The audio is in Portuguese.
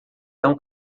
tão